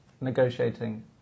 negotiating